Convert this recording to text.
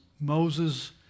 Moses